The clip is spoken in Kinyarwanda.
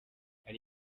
hari